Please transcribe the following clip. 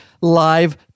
live